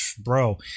bro